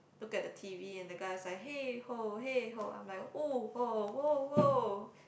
look at the t_v and the guy was like hey [ho] hey [ho] I'm like !woo! !wow! !woah! !woah!